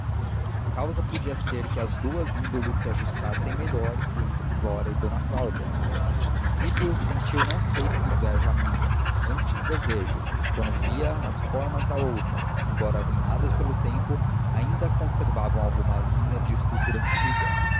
a causa podia ser que as duas índoles se ajustassem melhor que entre flora e d cláudia a princípio sentiu não sei que inveja amiga antes desejo quando via que as formas da outra embora arruinadas pelo tempo ainda conservavam alguma linha da escultura antiga